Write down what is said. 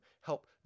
help